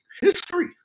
history